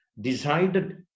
decided